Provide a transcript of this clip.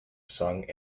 sung